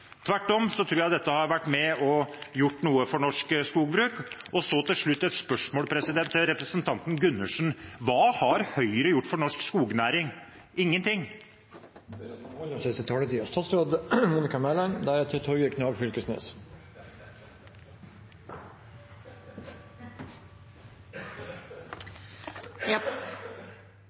Tvert om tror jeg dette har vært med på å gjøre noe for norsk skogbruk. Så til slutt et spørsmål til representanten Gundersen: Hva har Høyre gjort for norsk skognæring? Ingenting!